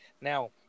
Now